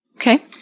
Okay